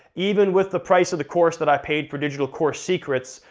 even with the price of the course that i paid for digital course secrets,